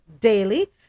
daily